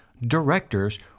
directors